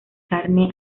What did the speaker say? carne